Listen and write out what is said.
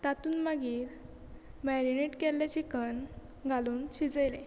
तातूंत मागीर मॅरिनेट केल्ले चिकन घालून शिजयले